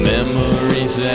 Memories